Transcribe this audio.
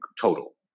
total